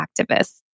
activists